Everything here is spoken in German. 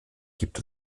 gibt